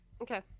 Okay